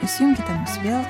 įsijunkite mus vėl